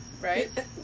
Right